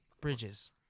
Bridges